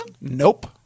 nope